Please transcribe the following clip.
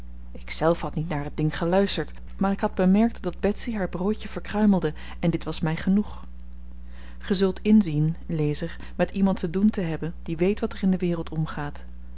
ikzelf had niet naar t ding geluisterd maar ik had bemerkt dat betsy haar broodje verkruimelde en dit was my genoeg ge zult inzien lezer met iemand te doen te hebben die weet wat er in de wereld omgaat